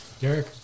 Derek